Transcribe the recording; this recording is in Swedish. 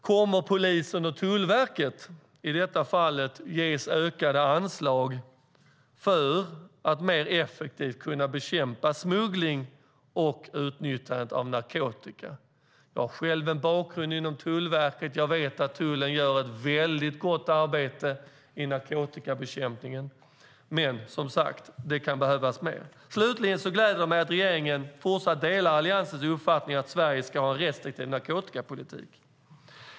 Kommer polisen och Tullverket att ges ökade anslag för att mer effektivt kunna bekämpa smuggling och utnyttjande av narkotika? Jag har själv en bakgrund inom Tullverket och vet att tullen gör ett gott arbete inom narkotikabekämpningen, men det kan som sagt behövas mer. Slutligen gläder det mig att regeringen fortsatt delar Alliansens uppfattning att Sverige ska ha en restriktiv narkotikapolitik.